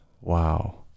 Wow